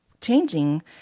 changing